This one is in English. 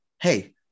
Hey